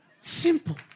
Simple